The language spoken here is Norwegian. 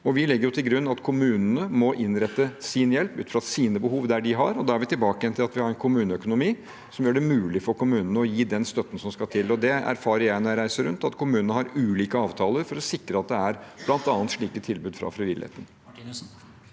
vi legger til grunn at kommunene må innrette sin hjelp ut fra sine behov der de er. Da er vi tilbake igjen til at vi må ha en kommuneøkonomi som gjør det mulig for kommunen å gi den støtten som skal til. Jeg erfarer når jeg reiser rundt, at kommunene har ulike avtaler for å sikre at det bl.a. er slike tilbud fra frivilligheten.